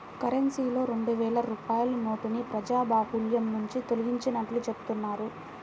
కరెన్సీలో రెండు వేల రూపాయల నోటుని ప్రజాబాహుల్యం నుంచి తొలగించినట్లు చెబుతున్నారు